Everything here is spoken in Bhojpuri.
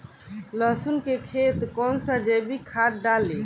लहसुन के खेत कौन सा जैविक खाद डाली?